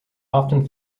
often